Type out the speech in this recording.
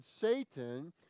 Satan